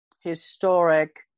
historic